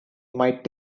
might